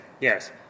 Yes